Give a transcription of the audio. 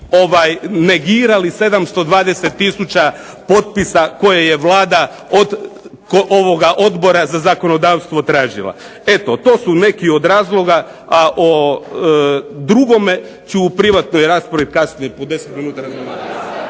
negirali 720 tisuća potpisa koje je Vlada od ovoga Odbora za zakonodavstvo tražila. Eto, to su neki od razloga, a o drugome ću u privatnoj raspravi kasnije po 10 minuta razgovarati.